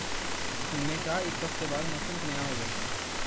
हुने शा इक हफ्ते बाद मौसम कनेहा होग